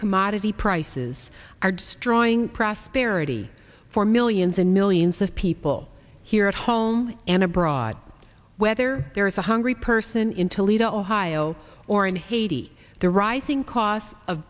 commodity prices are destroying prosperity for millions and millions of people here at home and abroad whether there is a hungry person in toledo ohio or in haiti the rising costs of